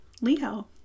Leo